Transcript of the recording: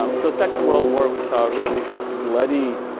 um so, second world war, we saw really bloody